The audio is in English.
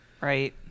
Right